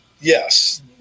yes